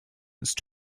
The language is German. ist